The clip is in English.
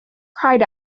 cried